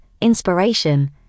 inspiration